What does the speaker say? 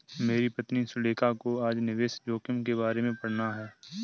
मेरी पत्नी सुलेखा को आज निवेश जोखिम के बारे में पढ़ना है